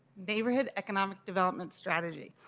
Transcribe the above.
neighborhood economic development strategy.